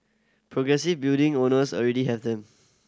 progressive building owners already have them